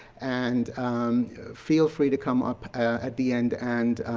and um feel free to come up at the end and,